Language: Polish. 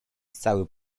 cały